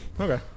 Okay